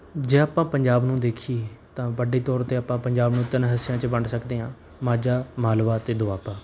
ਜੇ ਆਪਾਂ ਪੰਜਾਬ ਨੂੰ ਦੇਖੀਏ ਤਾਂ ਵੱਡੇ ਤੌਰ 'ਤੇ ਆਪਾਂ ਪੰਜਾਬ ਨੂੰ ਤਿੰਨ ਹਿੱਸਿਆਂ 'ਚ ਵੰਡ ਸਕਦੇ ਹਾਂ ਮਾਝਾ ਮਾਲਵਾ ਅਤੇ ਦੁਆਬਾ